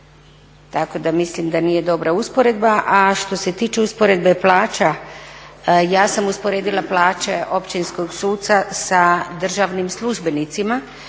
tako da mislim da nije dobra usporedba. A što se tiče usporedbe plaća, ja sam usporedila plaće općinskog suca sa državnim službenicima.